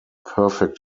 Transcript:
perfect